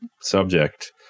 subject